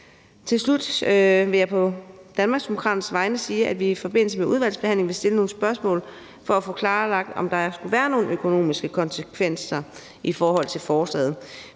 Til slut vil jeg på Danmarksdemokraternes vegne sige, at vi i forbindelse med udvalgsbehandlingen vil stille nogle spørgsmål for at få klarlagt, om der skulle være nogen økonomiske konsekvenser i forhold til forslaget.